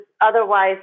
otherwise